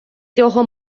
цього